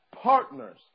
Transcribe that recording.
Partners